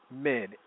men